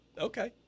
Okay